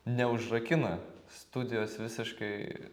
neužrakina studijos visiškai